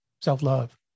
Self-love